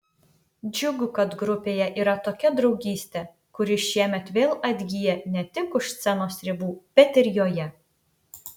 džiugu kad grupėje yra tokia draugystė kuri šiemet vėl atgyja ne tik už scenos ribų bet ir joje